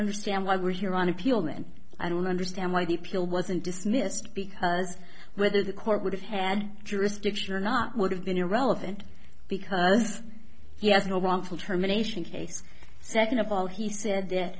understand why we're here on appeal then i don't understand why the pill wasn't dismissed because whether the court would have had jurisdiction or not would have been irrelevant because he has no one full terminations case second of all he said that